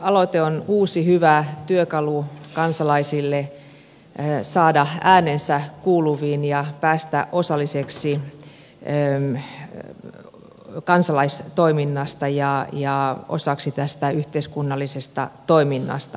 kansalaisaloite on uusi hyvä työkalu kansalaisille saada äänensä kuuluviin ja päästä osalliseksi kansalaistoiminnasta ja osaksi tästä yhteiskunnallisesta toiminnasta